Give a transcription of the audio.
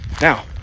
now